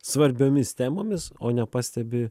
svarbiomis temomis o nepastebi